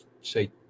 say